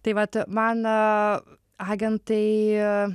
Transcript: tai vat man agentai